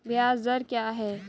ब्याज दर क्या है?